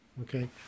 okay